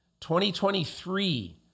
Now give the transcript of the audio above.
2023